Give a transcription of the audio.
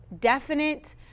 definite